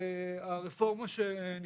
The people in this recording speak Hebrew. (שקף: תמצית עיקרי הרפורמה: שינוי רמות הגמלה).